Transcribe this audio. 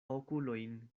okulojn